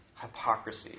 hypocrisy